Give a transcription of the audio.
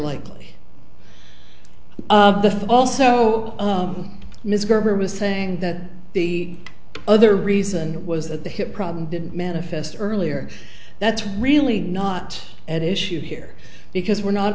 likely also ms gerber was saying that the other reason was that the hip problem didn't manifest earlier that's really not at issue here because we're not